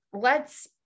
lets